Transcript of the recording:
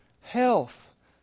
health